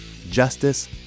justice